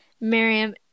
Miriam